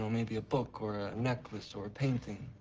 so maybe a book or a necklace or a painting.